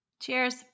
Cheers